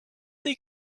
think